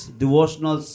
devotional